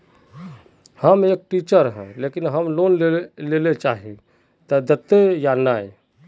हम एक टीचर है लेकिन हम लोन लेले चाहे है ते देते या नय?